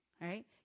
right